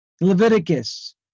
Leviticus